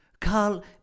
Carl